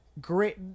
great